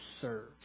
serve